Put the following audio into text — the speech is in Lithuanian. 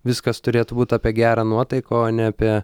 viskas turėtų būt apie gerą nuotaiką o ne apie